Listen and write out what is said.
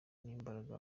n’imbaraga